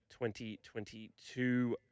2022